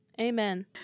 Amen